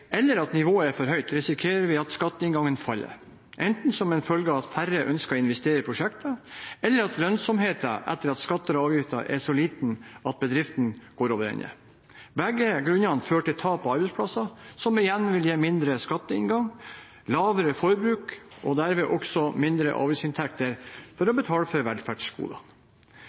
eller at nivået er for høyt, risikerer vi at skatteinngangen faller – enten som en følge av at færre ønsker å investere i prosjekter, eller at lønnsomheten etter skatter og avgifter er så liten at bedrifter går over ende. Begge grunnene vil føre til tap av arbeidsplasser, som igjen vil gi mindre skatteinngang, lavere forbruk og derved også mindre avgiftsinntekter for å